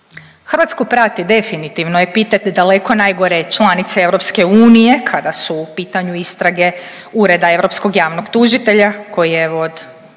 Hrvatsku prati definitivno epitet daleko najgore članice EU kada su u pitanju istrage Ureda europskog javnog